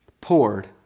poured